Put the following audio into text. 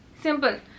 Simple